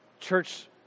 Church